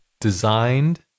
designed